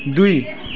दुई